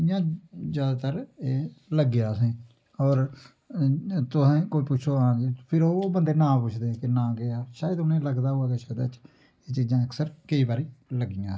इ'यां जैदातर लग्गेआ असें होर तुसें कोई पुच्छग हां जी फिर ओह् बंदे नांऽ पुच्छदे के नांऽ केह् ऐ शायद उ'नें गी लगदा होऐ किश एह् चीज अक्सर केईं बारी लग्गियां असेंगी